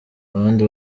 abandi